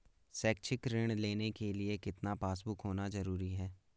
शैक्षिक ऋण लेने के लिए कितना पासबुक होना जरूरी है?